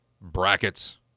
Brackets